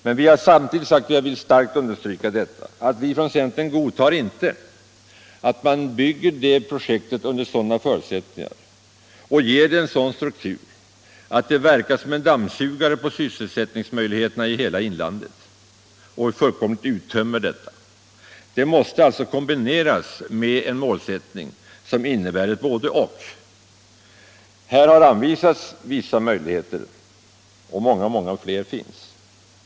Men samtidigt har vi sagt, och det vill jag starkt understryka, att vi från centern inte godtar att man bygger projektet under sådana förutsättningar och ger det en sådan struktur som verkar som en dammsugare på sysselsättningsmöjligheterna i hela inlandet och uttömmer detta. Stålverket måste kombineras med en målsättning som innebär ett både-och. Där har det anvisats vissa möjligheter, och många fler finns.